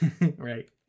Right